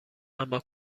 اما